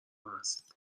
هست